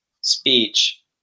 speech